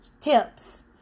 tips